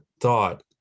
thought